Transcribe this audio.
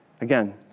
Again